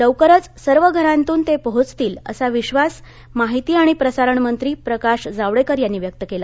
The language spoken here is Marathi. लवकरच सर्व घरांतून ते पोहोचतील असा विश्वास माहिती आणि प्रसारणमंत्री प्रकाश जावडेकर यांनी व्यक्त केला